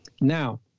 Now